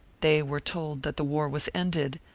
they were told that the war was ended,